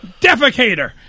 defecator